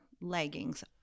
leggings